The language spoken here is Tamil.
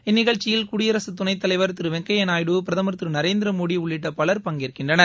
இந்நிகழ்ச்சியில் குடியரசுத் துணைத் தலைவர் திரு வெங்கையா நாயுடு பிரதமர் திரு நரேந்திர மோடி உள்ளிட்ட பலர் பங்கேற்கின்றனர்